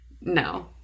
No